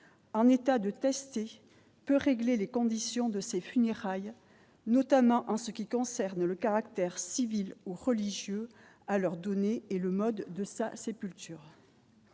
en état de tester peut régler les conditions de ces funérailles, notamment en ce qui concerne le caractère civil ou religieux à leur donner et le mode de sa sépulture.